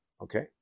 Okay